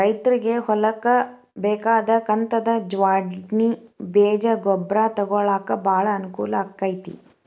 ರೈತ್ರಗೆ ಹೊಲ್ಕ ಬೇಕಾದ ಕಂತದ ಜ್ವಾಡ್ಣಿ ಬೇಜ ಗೊಬ್ರಾ ತೊಗೊಳಾಕ ಬಾಳ ಅನಕೂಲ ಅಕೈತಿ